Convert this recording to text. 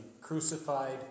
crucified